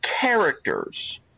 characters